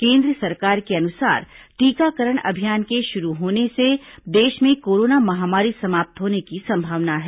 केन्द्र सरकार के अनुसार टीकाकरण अभियान के शुरू होने से देश में कोरोना महामारी समाप्त होने की संभावना है